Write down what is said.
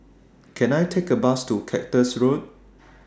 Can I Take A Bus to Cactus Road